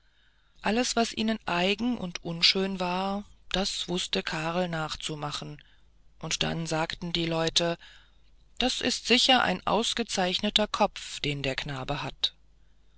alles was ihnen eigen und unschön war das wußte karl nachzumachen und dann sagten die leute das ist sicher ein ausgezeichneter kopf den der knabe hat